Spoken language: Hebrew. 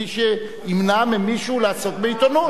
מי שימנע ממישהו לעסוק בעיתונות.